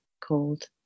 called